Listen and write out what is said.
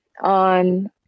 on